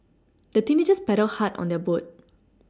the teenagers paddled hard on their boat